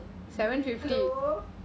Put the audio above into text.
uniqlo